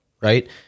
right